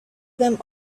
them